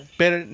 pero